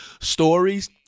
stories